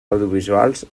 audiovisuals